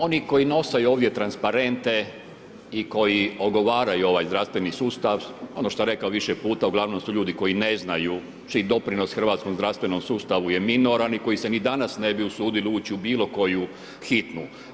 Oni koji nosaju ovdje transparente i koji ogovaraju ovaj zdravstveni sustav, ono što je rekao više puta, uglavnom su ljudi koji ne znaju, čiji doprinos hrvatskom zdravstvenom sustavu je minoran i koji se ni danas ne bi usudili ući u bilo koju hitnu.